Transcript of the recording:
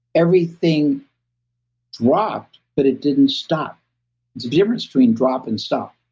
everything dropped but it didn't stop. the difference between drop and stop,